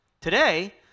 Today